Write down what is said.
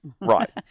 right